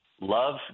Love